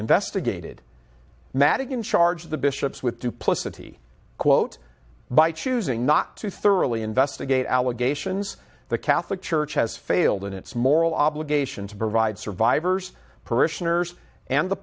investigated madigan charge the bishops with duplicity quote by choosing not to thoroughly investigate allegations the catholic church has failed in its moral obligation to provide survivors parishioners and the